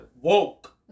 woke